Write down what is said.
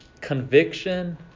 Conviction